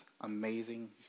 amazing